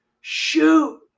Shoot